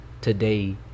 today